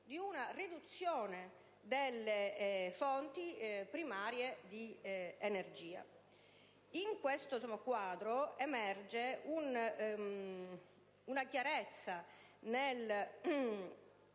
di una riduzione delle fonti primarie di energia. In questo quadro emerge una chiarezza nella